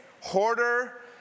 hoarder